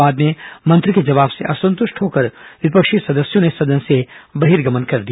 बाद में मंत्री के जवाब से असंतुष्ट होकर विपक्षी सदस्यों ने सदन से बहिर्गमन कर दिया